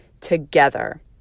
together